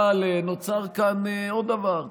אבל נוצר כאן עוד דבר,